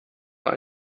auch